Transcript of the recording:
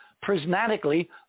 prismatically